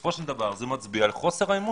בסופו של דבר זה מצביע על חוסר האמון